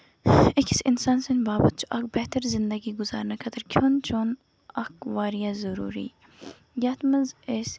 أکِس اِنسان سٔندۍ باپَتھ چھُ اکھ بہتر زِندگی گُزارنہٕ خٲطرٕ اکھ کھوٚن چیوٚن اکھ واریاہ ضروٗری یَتھ منٛز أسۍ